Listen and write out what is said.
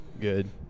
good